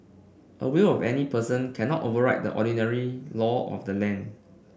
a will of any person cannot override the ordinary law of the land